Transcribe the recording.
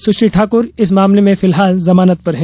सुश्री ठाक्र इस मामले में फिलहाल जमानत पर हैं